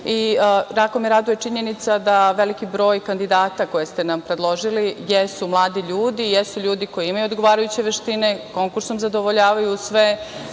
me raduje činjenica da veliki broj kandidata koje ste nam predložili jesu mladi ljudi, jesu ljudi koji imaju odgovarajuće veštine, konkursom zadovoljavaju sve